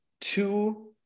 two